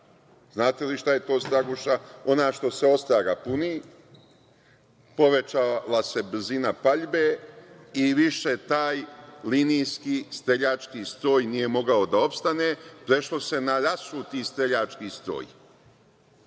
znate li šta je to „Ostraguša“ – ona što se odstraga puni, povećala se brzina paljbe i više taj linijski streljački stroj nije mogao da opstane. Prešlo se na rasuti streljački stroj. Ovaj